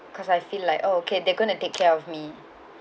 cause I feel like oh okay they're going to take care of me